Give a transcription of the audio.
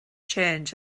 change